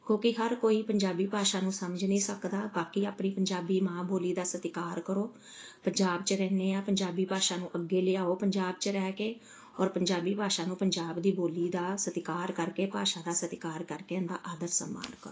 ਕਿਉਂਕਿ ਹਰ ਕੋਈ ਪੰਜਾਬੀ ਭਾਸ਼ਾ ਨੂੰ ਸਮਝ ਨਹੀਂ ਸਕਦਾ ਬਾਕੀ ਆਪਣੀ ਪੰਜਾਬੀ ਮਾਂ ਬੋਲੀ ਦਾ ਸਤਿਕਾਰ ਕਰੋ ਪੰਜਾਬ 'ਚ ਰਹਿੰਦੇ ਹਾਂ ਪੰਜਾਬੀ ਭਾਸ਼ਾ ਨੂੰ ਅੱਗੇ ਲਿਆਉ ਪੰਜਾਬ 'ਚ ਰਹਿ ਕੇ ਔਰ ਪੰਜਾਬੀ ਭਾਸ਼ਾ ਨੂੰ ਪੰਜਾਬ ਦੀ ਬੋਲੀ ਦਾ ਸਤਿਕਾਰ ਕਰਕੇ ਭਾਸ਼ਾ ਦਾ ਸਤਿਕਾਰ ਕਰਕੇ ਇਹਦਾ ਆਦਰ ਸਨਮਾਨ ਕਰੋ